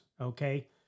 okay